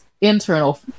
internal